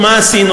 מה עשינו,